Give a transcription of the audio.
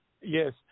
Yes